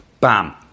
Bam